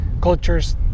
cultures